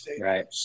Right